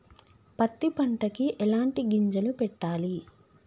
పత్తి పంటకి ఎలాంటి గింజలు పెట్టాలి?